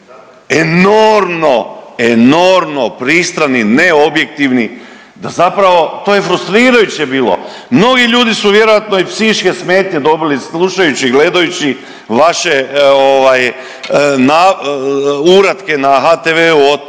enormno, enormno pristrani, neobjektivni, da zapravo to je frustrirajuće bilo. Mnogi ljudi su vjerojatno i psihičke smetnje dobili slušajući i gledajući vaše ovaj uratke na HTV od